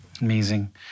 Amazing